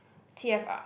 T_F_R